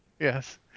Yes